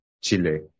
Chile